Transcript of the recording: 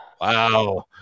Wow